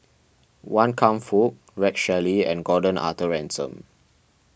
Wan Kam Fook Rex Shelley and Gordon Arthur Ransome